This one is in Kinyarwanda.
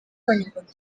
abanyarwanda